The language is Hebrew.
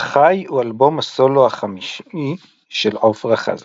חי הוא אלבום הסולו החמישי של עפרה חזה.